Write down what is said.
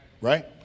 right